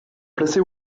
placé